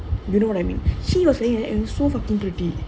you know what I mean she was wearing that and it's so fucking pretty